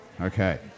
Okay